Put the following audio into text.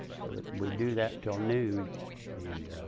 so, we'd do that until noon and